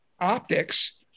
optics